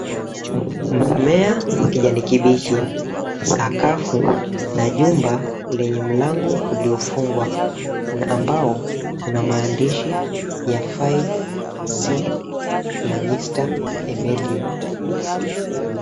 Mmea wa kijani kibichi, sakafu na jumba lenye mlango uliofungwa na ambao una maandishi ya, 5C na Mr Emeliu.